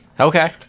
Okay